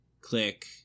click